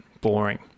boring